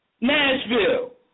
Nashville